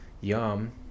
yum